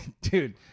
Dude